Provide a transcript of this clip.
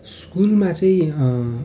स्कुलमा चाहिँ